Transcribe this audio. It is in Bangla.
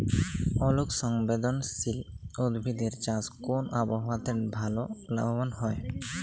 আলোক সংবেদশীল উদ্ভিদ এর চাষ কোন আবহাওয়াতে ভাল লাভবান হয়?